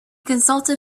consulted